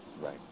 Right